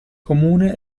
comune